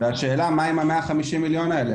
השאלה מה עם ה-150 מיליון האלה.